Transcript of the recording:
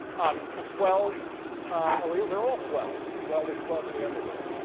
um a twelve allele, they're all twelve s. well, there's twelve in the underwear.